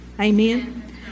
Amen